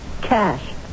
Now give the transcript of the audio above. Cash